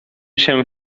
się